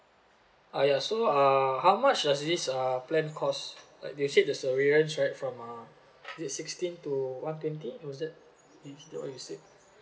ah ya so uh how much does this uh plan cost like they said there's a variance right from uh is it sixteen to one twenty it was that is that what you said